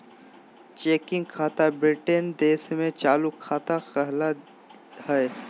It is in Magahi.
चेकिंग खाता ब्रिटेन देश में चालू खाता कहला हय